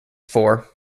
four